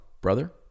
brother